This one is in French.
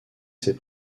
ses